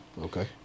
Okay